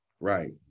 right